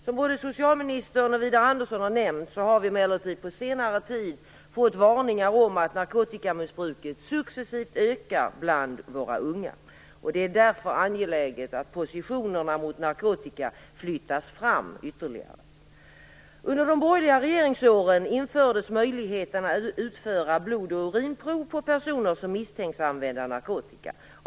Som både socialministern och Widar Andersson nämnt har vi emellertid på senare tid fått varningar om att narkotikamissbruket successivt ökar bland våra unga. Det är därför angeläget att positionerna mot narkotika flyttas fram ytterligare. Under de borgerliga regeringsåren infördes möjligheten att utföra blod och urinprov på personer som misstänks använda narkotika.